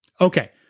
Okay